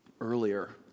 earlier